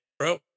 Bro